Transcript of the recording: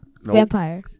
Vampire